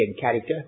character